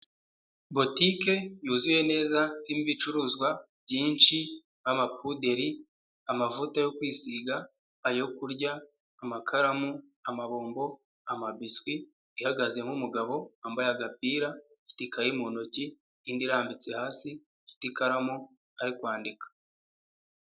Butiki yuzuye neza irimo ibicuruzwa byinshi nk'amapuderi, amavuta yo kwisiga, ayo kurya, amakaramu, amabombo, amabiswi,... ihagaze umugabo wambaye agapira ufite ikaye mu ntoki indi irambitse hasi afite ikaramu ari kwandika.